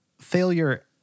failure